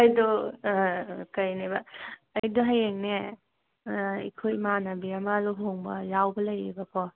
ꯑꯩꯗꯣ ꯀꯩꯅꯦꯕ ꯑꯩꯗꯣ ꯍꯌꯦꯡꯅꯦ ꯑꯩꯈꯣꯏ ꯏꯃꯥꯟꯅꯕꯤ ꯑꯃꯥ ꯂꯨꯍꯣꯡꯕ ꯌꯥꯎꯕ ꯂꯩꯌꯦꯕꯀꯣ